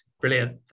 brilliant